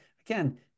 again